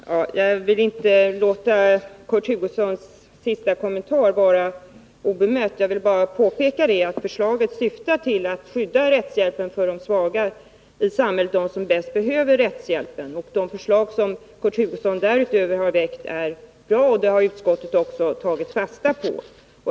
Herr talman! Jag vill inte låta Kurt Hugossons senaste kommentar stå obemött. Jag vill påpeka att förslaget syftar till att skydda de svaga i samhället, de som bäst behöver rättshjälpen. De förslag som Kurt Hugosson därutöver har lagt fram har utskottet också tagit fasta på.